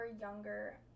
younger